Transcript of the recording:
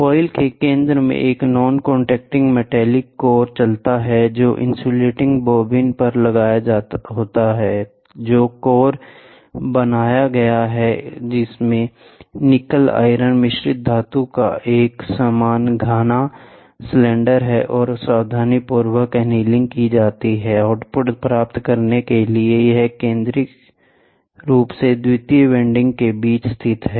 coil के केंद्र में एक नॉन कॉन्टैक्टिंग मैग्नेटिक कोर चलता है जो इंसुलेटिंग बोबिन पर लगा होता है जो कोर बनाया गया है जिसमें निकेल आयरन मिश्र धातु का एक समान घना सिलेंडर है और सावधानीपूर्वक एनीलिंग की जाती है आउटपुट प्राप्त करने के लिए यह केंद्रीय रूप से द्वितीयक वाइंडिंग के बीच स्थित है